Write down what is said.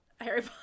Harry